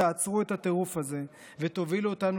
תעצרו את הטירוף הזה ותובילו אותנו